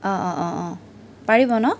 অঁ অঁ অঁ অঁ পাৰিব ন